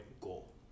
goal